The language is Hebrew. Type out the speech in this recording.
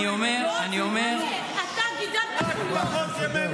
הם לא רוצים כלום.